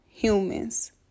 Humans